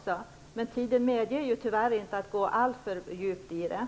Men tiden medger tyvärr inte att gå alltför djupt in i ämnet.